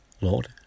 Lord